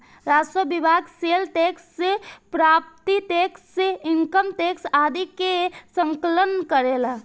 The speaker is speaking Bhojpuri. राजस्व विभाग sale tax property tax income tax आदि के संकलन करेला